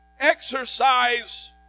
exercise